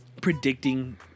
predicting